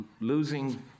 Losing